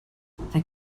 they